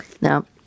Now